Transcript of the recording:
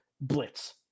blitz